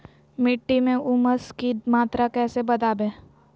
मिट्टी में ऊमस की मात्रा कैसे बदाबे?